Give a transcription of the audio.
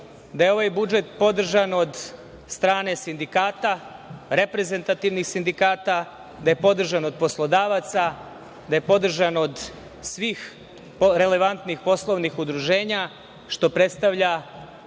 da je ovaj budžet podržan od strane sindikata, reprezentativnih sindikata, da je podržan od poslodavaca, da je podržan od svih relevantnih poslovnih udruženja, što predstavlja